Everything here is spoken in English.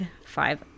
five